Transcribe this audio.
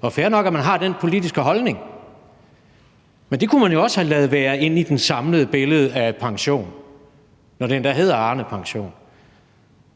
og fair nok, at man har den politiske holdning – men det kunne man jo også have ladet være inde i det samlede billede af pension, når det endda hedder Arnepension.